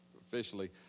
officially